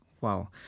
Wow